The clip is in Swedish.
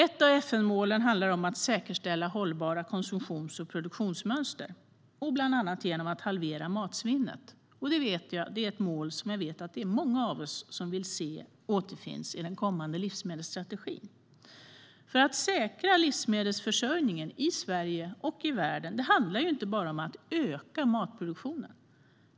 Ett av FN-målen handlar om att säkerställa hållbara konsumtions och produktionsmönster, bland annat genom att halvera matsvinnet. Det är ett mål som jag vet att många av oss vill se i den kommande livsmedelsstrategin. Att säkra livsmedelsförsörjningen i Sverige och i världen handlar inte bara om att öka matproduktionen.